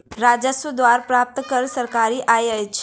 राजस्व द्वारा प्राप्त कर सरकारी आय अछि